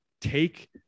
take